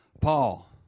Paul